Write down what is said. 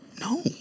No